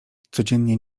codziennie